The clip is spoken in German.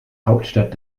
hauptstadt